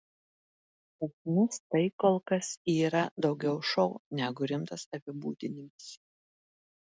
pas mus tai kol kas yra daugiau šou negu rimtas apibūdinimas